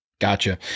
Gotcha